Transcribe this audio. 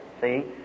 See